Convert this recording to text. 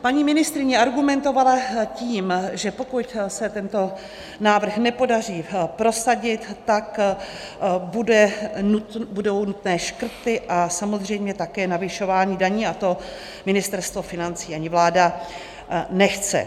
Paní ministryně argumentovala tím, že pokud se tento návrh nepodaří prosadit, tak budou nutné škrty a samozřejmě také navyšování daní a to Ministerstvo financí ani vláda nechce.